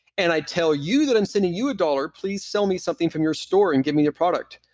and i tell you that i'm sending you a dollar please sell me something from your store and give me your product.